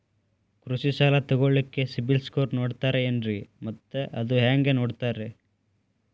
ಕೃಷಿ ಸಾಲ ತಗೋಳಿಕ್ಕೆ ಸಿಬಿಲ್ ಸ್ಕೋರ್ ನೋಡ್ತಾರೆ ಏನ್ರಿ ಮತ್ತ ಅದು ಹೆಂಗೆ ನೋಡ್ತಾರೇ?